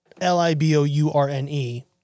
L-I-B-O-U-R-N-E